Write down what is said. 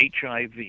HIV